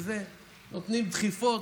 נותנים דחיפות,